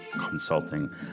consulting